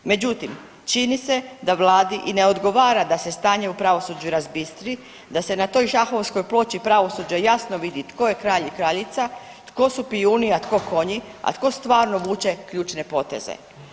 Međutim, čini se da Vladi i ne odgovara da se stanje u pravosuđu razbistri, da se na toj šahovskoj ploči pravosuđa jasno vidi tko je kralj i kraljica, tko su pijuni, a tko konji, a tko stvarno vuče ključne poteze.